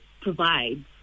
provides